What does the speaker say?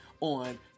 on